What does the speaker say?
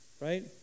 Right